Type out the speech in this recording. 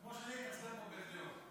כמו, התעצבן פה באיזה יום.